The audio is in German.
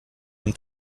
dem